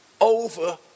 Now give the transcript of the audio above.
over